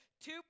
Two